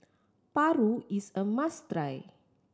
paru is a must try